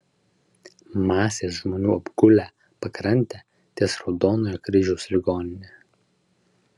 masės žmonių apgulę pakrantę ties raudonojo kryžiaus ligonine